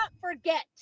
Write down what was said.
forget